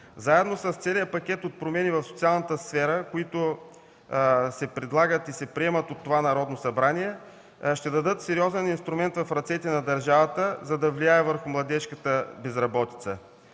Заедно с целия пакет от промени в социалната сфера, които се предлагат и се приемат от това Народно събрание ще дадат сериозен инструмент в ръцете на държавата, за да влияе върху младежката безработица.